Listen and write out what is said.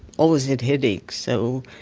always had headaches. so,